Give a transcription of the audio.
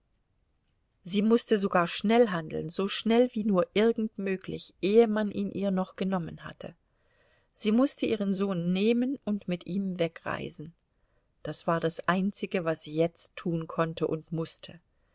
sie mußte sogar schnell handeln so schnell wie nur irgend möglich ehe man ihn ihr noch genommen hatte sie mußte ihren sohn nehmen und mit ihm wegreisen das war das einzige was sie jetzt tun konnte und mußte